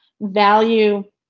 value